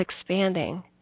expanding